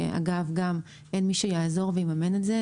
שאגב גם אין מי שיעזור ויממן את זה,